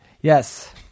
Yes